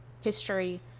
history